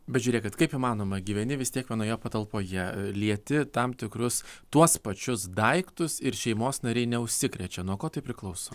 bet žiūrėkit kad kaip įmanoma gyveni vis tiek vienoje patalpoje lieti tam tikrus tuos pačius daiktus ir šeimos nariai neužsikrečia nuo ko tai priklauso